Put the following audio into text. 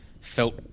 felt